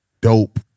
dope